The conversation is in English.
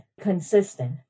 consistent